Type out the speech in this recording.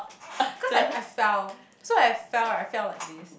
cause like I fell so I fell right I fell like this